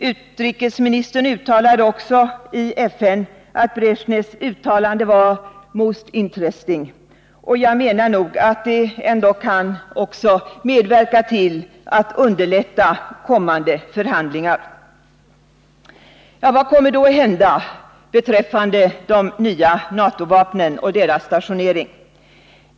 Utrikesministern uttalade också i FN att Bresjnevs uttalande var ”most interesting”, och jag menar att det kan medverka till att underlätta kommande förhandlingar. Vad kommer då att hända beträffande de nya NATO-vapnen och deras stationering?